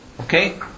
Okay